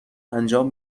انجام